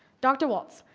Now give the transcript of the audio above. dr. walts,